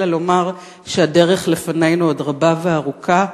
אלא לומר שהדרך לפנינו עוד רבה וארוכה,